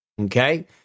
Okay